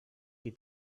qui